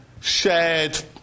shared